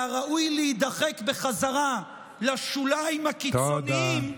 והראוי להידחק בחזרה לשוליים הקיצוניים,